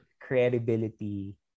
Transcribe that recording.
credibility